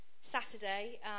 Saturday